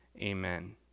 Amen